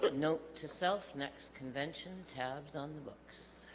but note to self next convention tabs on the books